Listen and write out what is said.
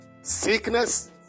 sickness